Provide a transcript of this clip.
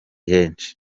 henshi